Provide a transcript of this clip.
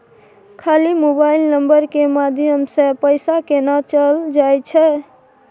खाली mobile number के माध्यम से पैसा केना चल जायछै?